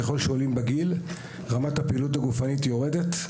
ככל שהגיל עולה רמת הפעילות הגופנית יורדת.